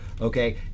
Okay